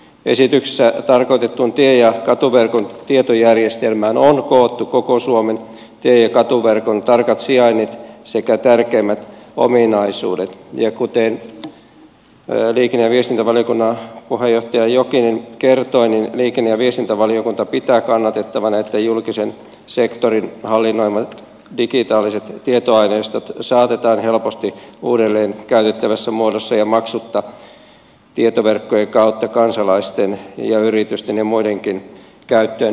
esityksessä tarkoitettuun tie ja katuverkon tietojärjestelmään on koottu koko suomen tie ja katuverkon tarkat sijainnit sekä tärkeimmät ominaisuudet ja kuten liikenne ja viestintävaliokunnan puheenjohtaja jokinen kertoi niin liikenne ja viestintävaliokunta pitää kannatettavana että julkisen sektorin hallinnoimat digitaaliset tietoaineistot saatetaan helposti uudelleen käytettävässä muodossa ja maksutta tietoverkkojen kautta kansalaisten ja yritysten ja muidenkin käyttöön hyödynnettäväksi